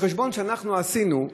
בחשבון שאנחנו עשינו,